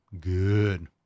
Good